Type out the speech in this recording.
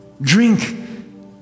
Drink